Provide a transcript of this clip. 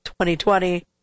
2020